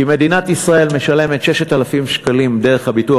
כי מדינת ישראל משלמת 6,000 שקלים דרך הביטוח